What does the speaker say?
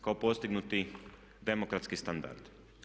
kao postignuti demokratski standard.